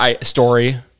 story